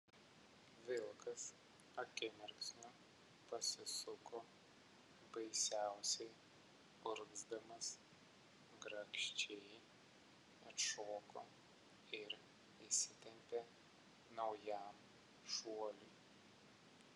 vilkas akimirksniu pasisuko baisiausiai urgzdamas grakščiai atšoko ir įsitempė naujam šuoliui